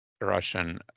Russian